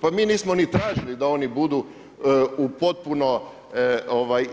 Pa mi nismo ni tražili da oni budu u potpuno